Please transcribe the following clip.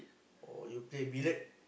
or you play billiard